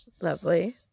Lovely